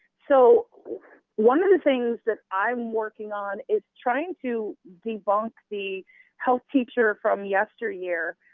so one of the things that i'm working on is trying to debunk the health teacher from yesteryear.